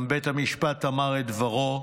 גם בית המשפט אמר את דברו.